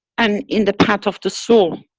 and in the path of the soul?